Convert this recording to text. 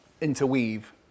interweave